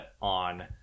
on